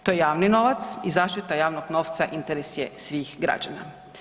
To je javni novac i zaštita javnog novca interes je svih građana.